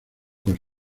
con